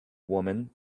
woman